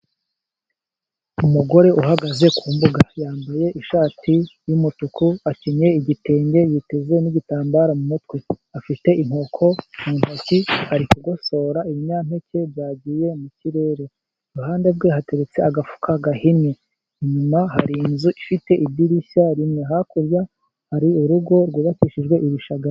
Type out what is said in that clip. Umugore uhagaze ku mbuga, yambaye ishati y’umutuku, akenyeye igitenge, yiteze n’igitambaro mu mutwe. Afite inkoko mu ntoki, ari kugosora ibinyampeke byagiye mu kirere. Iruhande rwe hateretse agafuka gahinnye; inyuma hari inzu ifite idirishya rimwe, hakurya hari urugo rwubakishijwe ibishagari.